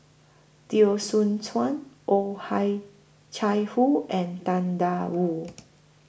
Teo Soon Chuan Oh Hi Chai Hoo and Tang DA Wu